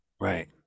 Right